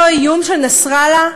אותו איום של נסראללה,